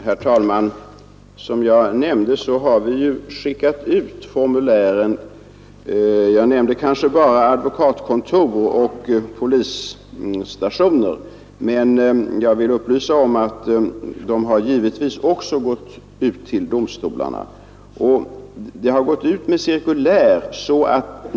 Herr talman! Som jag nämnde har vi skickat ut formulären. Jag sade kanske bara att de har sänts till advokatkontor och polisstationer, men jag vill upplysa om att de givetvis också har gått ut till domstolarna tillsammans med cirkulär.